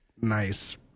nice